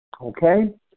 Okay